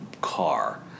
car